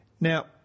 Now